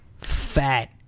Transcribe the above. fat